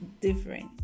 different